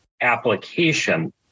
application